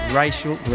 racial